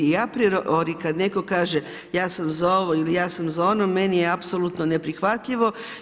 I ja kad netko kaže ja sam za ovo ili ja sama za ono, meni je apsolutno neprihvatljivo.